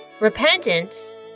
Repentance